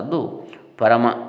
Parama